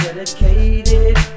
Dedicated